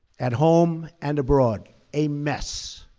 at home and abroad. a mess.